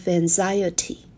anxiety